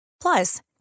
Plus